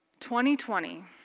2020